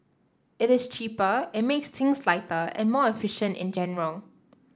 it is cheaper it makes things lighter and more efficient in general